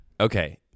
Okay